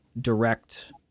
direct